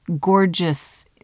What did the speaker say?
gorgeous